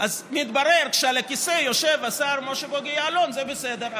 מתברר שכשעל הכיסא יושב השר משה בוגי יעלון זה בסדר,